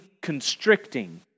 constricting